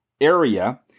area